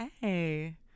hey